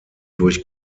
durch